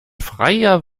freier